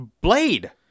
Blade